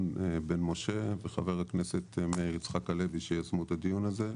בן משה וח"כ מאיר יצחק הלוי שיזמו את הדיון הזה.